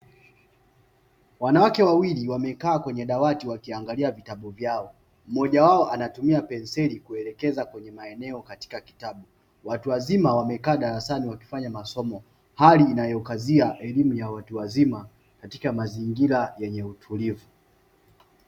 Wanawake wawili wamekaa kwenye dawati wakiangalia vitabu vyao, mmoja wao anatumia penseli kuelekeza katika maeneo ya kitabu, watu wazima wamekaa darasani wakifanya masomo hali inayokazia elimu ya watu wazima katika mazingira yenye utulivu.